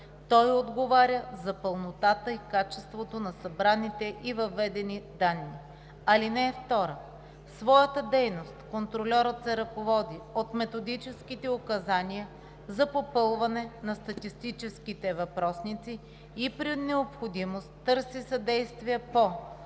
Той отговаря за пълнотата и качеството на събраните и въведени данни. (2) В своята дейност контрольорът се ръководи от методическите указания за попълване на статистическите въпросници и при необходимост търси съдействие по: